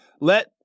let